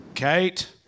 Kate